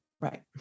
Right